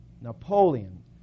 Napoleon